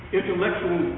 intellectual